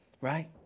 Right